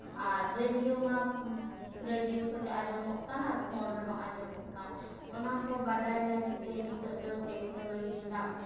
ᱟᱨ radio ᱢᱟ radio ᱢᱟ ᱟᱸᱡᱚᱢᱚᱜ ᱠᱟᱱ ᱟᱨ ᱯᱷᱚᱱ ᱨᱮᱦᱳ ᱟᱸᱡᱚᱢᱚᱜ ᱠᱟᱱ ᱚᱱᱟᱠᱚ ᱵᱟᱰᱟᱭ ᱞᱟᱹᱜᱤᱫ ᱛᱮ ᱱᱤᱛᱚᱜ ᱫᱚ ᱴᱮᱠᱱᱞᱚᱡᱤ ᱨᱮᱱᱟᱜ